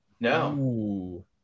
No